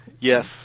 Yes